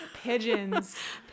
pigeons